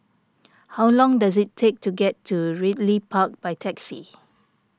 how long does it take to get to Ridley Park by taxi